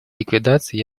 ликвидации